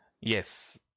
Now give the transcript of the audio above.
Yes